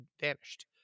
vanished